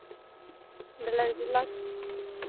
ᱰᱮ ᱲ ᱞᱟᱠᱷ ᱫᱩ ᱞᱟᱠᱷ